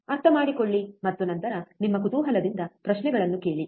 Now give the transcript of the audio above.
ಅರ್ಥಮಾಡಿಕೊಳ್ಳಿ ಮತ್ತು ನಂತರ ನಿಮ್ಮ ಕುತೂಹಲದಿಂದ ಪ್ರಶ್ನೆಗಳನ್ನು ಕೇಳಿ